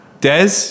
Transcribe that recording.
Des